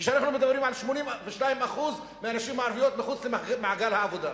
כשאנחנו מדברים על 82% מהנשים הערביות מחוץ למעגל העבודה?